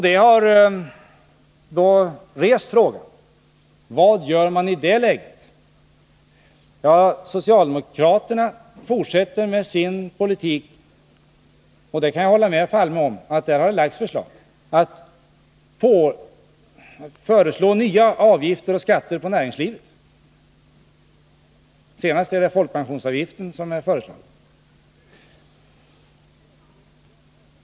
Då har frågan rests: Vad gör man i det läget? Ja, socialdemokraterna fortsätter med sin politik och har lagt fram förslag — det håller jag med Olof Palme om. Man föreslår nya avgifter och skatter att betalas av näringslivet — senast gäller det folkpensionsavgiften.